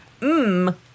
Mmm